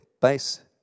base